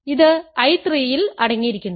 ഇത് I 3 ൽ അടങ്ങിയിരിക്കുന്നു